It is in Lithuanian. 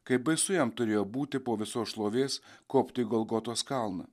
kaip baisu jam turėjo būti po visos šlovės kopti į golgotos kalną